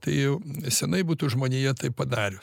tai jau senai būtų žmonija tai padarius